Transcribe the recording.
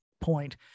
point